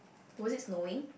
was it snowing